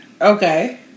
Okay